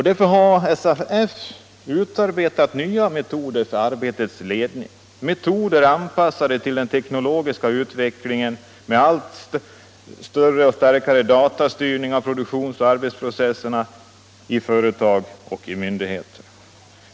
Därför har SAF utarbetat nya metoder för arbetets ledning, metoder anpassade till den teknologiska utvecklingen med en allt större och starkare datastyrning av produktionsoch arbetsprocesserna i företag och myndigheter.